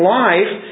life